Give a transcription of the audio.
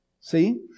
See